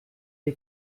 die